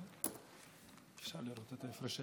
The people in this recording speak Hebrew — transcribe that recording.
אדוני היושב-ראש,